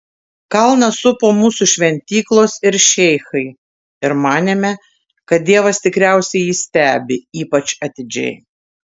kalną supo mūsų šventyklos ir šeichai ir manėme kad dievas tikriausiai jį stebi ypač atidžiai